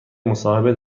مصاحبه